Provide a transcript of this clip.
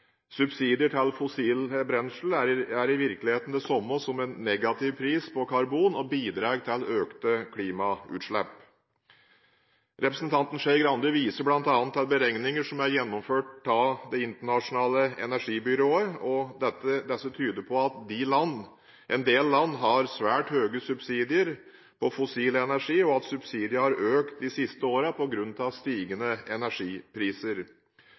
Subsidier til fossile brensler er i virkeligheten det samme som en negativ pris på karbon og bidrar til økte klimagassutslipp. Representanten Skei Grande viser bl.a. til beregninger som er gjennomført av Det internasjonale energibyrået, IEA. Disse tyder på at en del land har svært høye subsidier på fossil energi, og at subsidiene har økt de siste årene på grunn av stigende energipriser.